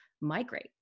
migrate